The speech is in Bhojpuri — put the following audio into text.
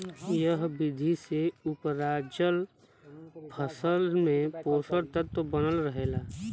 एह विधि से उपराजल फसल में पोषक तत्व बनल रहेला